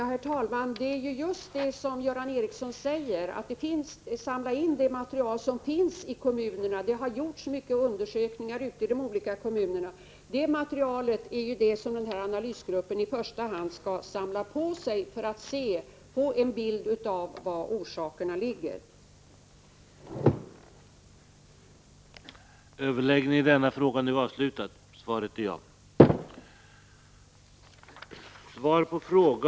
Herr talman! Det har gjorts många undersökningar i kommunerna, och det materialet skall analysgruppen i första hand samla in för att få en bild av var orsakerna står att finna.